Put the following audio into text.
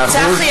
מאה אחוז.